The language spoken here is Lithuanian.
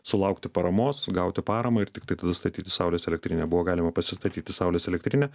sulaukti paramos gauti paramą ir tiktai tada statyti saulės elektrinę buvo galima pasistatyti saulės elektrinę